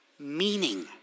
meaning